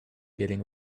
getting